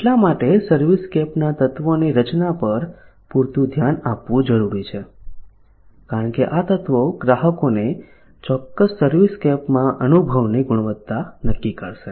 એટલા માટે સર્વિસસ્કેપના તત્વોની રચના પર પૂરતું ધ્યાન આપવું જરૂરી છે કારણ કે આ તત્વો ગ્રાહકોને ચોક્કસ સર્વિસસ્કેપમાં અનુભવની ગુણવત્તા નક્કી કરશે